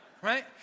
Right